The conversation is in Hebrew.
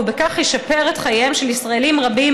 ובכך ישפר את חייהם של ישראלים רבים